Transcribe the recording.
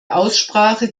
aussprache